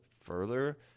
further